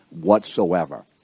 whatsoever